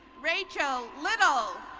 rachael little.